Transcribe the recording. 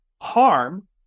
harm